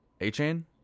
A-Chain